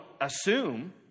assume